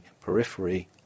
periphery